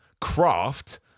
craft